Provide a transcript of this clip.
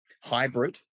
hybrid